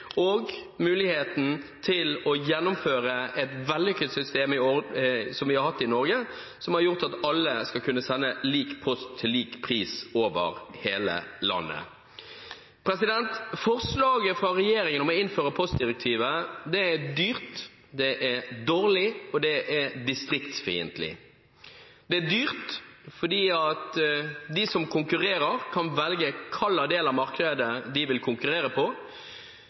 og muligheten til å gjennomføre et vellykket system som vi har hatt i Norge, og som har gjort at alle skal kunne sende lik post til lik pris over hele landet. Forslaget fra regjeringen om å innføre postdirektivet er dyrt, det er dårlig, og det er distriktsfiendtlig. Det er dyrt fordi de som konkurrerer, kan velge hvilken del av markedet de vil konkurrere på.